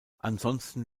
ansonsten